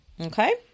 Okay